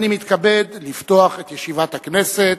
אני מתכבד לפתוח את ישיבת הכנסת.